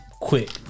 Quick